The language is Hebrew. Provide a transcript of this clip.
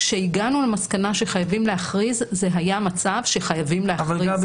כשהגענו למסקנה שחייבים להכריז זה היה מצב שחייבים להכריז.